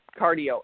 cardio